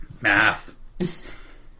math